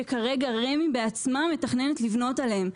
שכרגע רמ"י בעצמה מתכננת לבנות עליהם,